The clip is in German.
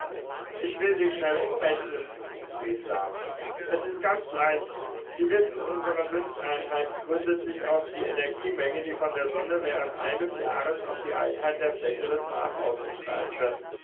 ich will sie schnell umrechnen rief la es ist ganz leicht sie wissen unsere münzeinheit gründet sich auf die energiemenge die von der sonne während eines jahres auf die einheit der fläche des mars ausgestrahlt wird